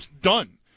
done